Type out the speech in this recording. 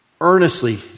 Earnestly